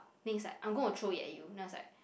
next like I'm going to throw it at you then I was like